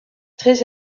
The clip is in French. très